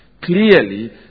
Clearly